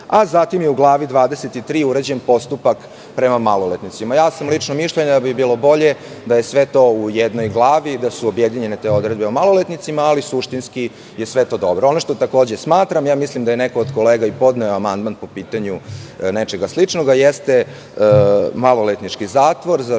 a zatim je u glavi 23. uređen postupak prema maloletnicima. Lično sam mišljenja da bi bilo bolje da je sve to u jednoj glavi, da su objedinjene te odredbe o maloletnicima, ali suštinski je sve to dobro. Ono što takođe smatram, mislim da je neko od kolega i podneo amandman po pitanju nečega sličnoga, jeste maloletnički zatvor, za šta